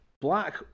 black